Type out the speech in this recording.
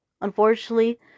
Unfortunately